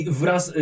wraz